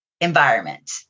environment